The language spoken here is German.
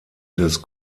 des